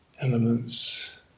elements